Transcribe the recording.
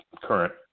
current